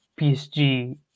PSG